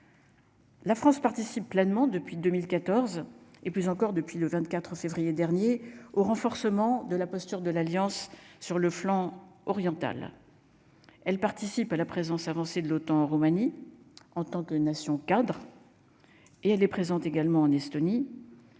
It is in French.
La France participe pleinement depuis 2014 et plus encore depuis le 24 février dernier au renforcement de la posture de l'Alliance sur le flanc oriental, elle participe à la présence avancée de l'OTAN en Roumanie en tant que nation cadre et elle est présente également en Estonie,